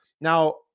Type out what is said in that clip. Now